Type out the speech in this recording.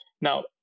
Now